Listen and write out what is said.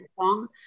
song